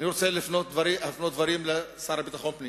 אני רוצה להפנות דברים לשר לביטחון פנים.